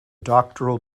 doctoral